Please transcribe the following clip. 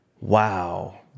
Wow